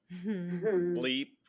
bleep